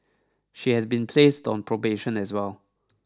she has been placed on probation as well